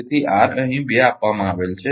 તેથી આર અહીં 2 આપવામાં આવેલ છે